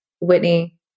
Whitney